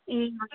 ए हजुर